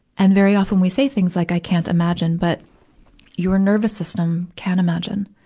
and, very often, we say things like, i can't imagine, but your nervous system can imagine,